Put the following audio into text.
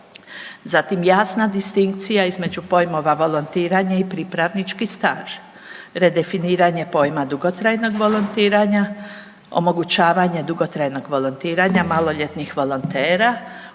Zatim jasna distinkcija između pojmova „volontiranje“ i „pripravnički staž“, redefiniranje pojma dugotrajnog volontiranja, omogućavanje dugotrajnog volontiranja maloljetnih volontera,